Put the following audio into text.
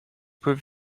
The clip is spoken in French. peut